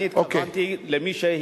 אני התכוונתי למי שהגיע כיהודי.